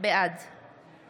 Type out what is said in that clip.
בעד